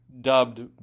dubbed